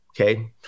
Okay